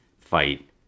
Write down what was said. fight